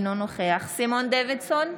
אינו נוכח סימון דוידסון,